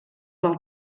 del